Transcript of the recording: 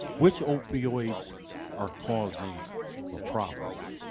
which opioids are causing the problems?